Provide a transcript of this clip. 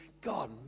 god